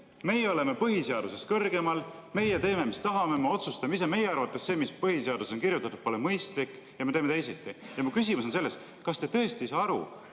meie oleme põhiseadusest kõrgemal, meie teeme, mis tahame, me otsustame ise, meie arvates see, mis põhiseadusesse on kirjutatud, pole mõistlik, me teeme teisiti. Mu küsimus on selles: kas te tõesti ei saa aru,